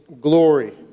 glory